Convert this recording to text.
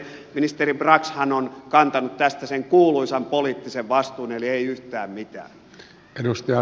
ministeri braxhan on kantanut tästä sen kuuluisan poliittisen vastuun eli ei yhtään mitään